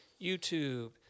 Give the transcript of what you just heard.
YouTube